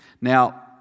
Now